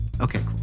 Okay